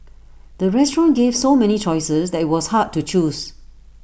the restaurant gave so many choices that IT was hard to choose